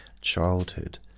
childhood